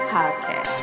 Podcast